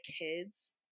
kids